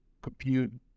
compute